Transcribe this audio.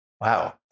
Wow